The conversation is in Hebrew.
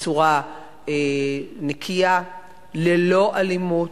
בצורה נקייה, ללא אלימות.